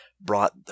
brought